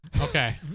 Okay